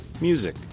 music